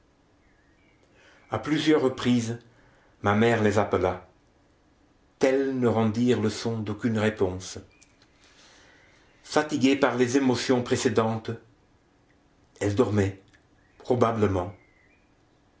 a plusieurs reprises ma mère les appela telles ne rendirent le son d'aucune réponse fatiguées par les émotions précédentes elles dormaient probablement